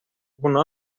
una